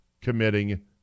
committing